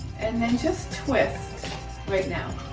and then just twist right now.